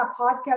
podcast